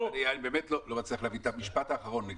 --- אני באמת לא מצליח להבין את המשפט האחרון.